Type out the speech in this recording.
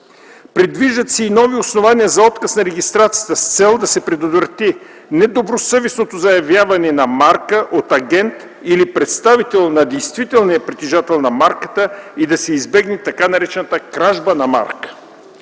предвиждат се и нови основания за отказ на регистрацията с цел да се предотврати недобросъвестното заявяване на марка от агент или представител на действителния притежател на марката и да се избегне така наречената „кражба” на марки;